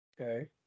Okay